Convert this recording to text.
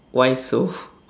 why so